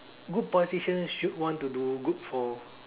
good politicians should want to do good for